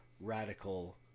radical